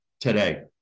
today